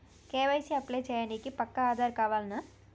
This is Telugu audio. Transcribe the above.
కే.వై.సీ అప్లై చేయనీకి పక్కా ఆధార్ కావాల్నా?